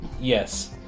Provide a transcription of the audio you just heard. Yes